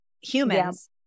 humans